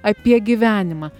apie gyvenimą